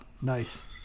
Nice